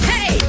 Hey